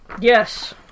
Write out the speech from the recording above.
Yes